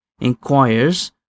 inquires